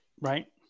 Right